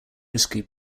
risky